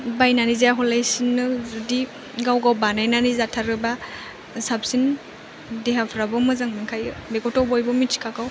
बायनानै जाया हले सिनु जुदि गाव गाव बानायनानै जाथारोबा साबसिन देहाफ्राबो मोजां मोनखायो बेखौथ' बयबो मिथिखागौ